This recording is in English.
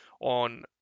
on